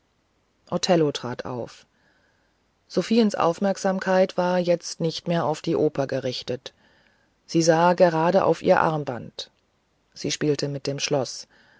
othello trat auf sophiens aufmerksamkeit war jetzt nicht mehr auf die oper gerichtet sie sah herab auf ihr armband sie spielte mit dem schloß